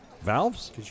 valves